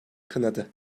kınadı